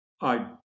I